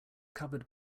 covered